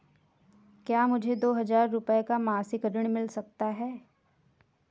क्या मुझे दो हजार रूपए का मासिक ऋण मिल सकता है?